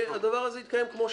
שהדבר הזה יתקיים כמו שצריך,